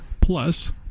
Plus